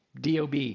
dob